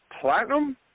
platinum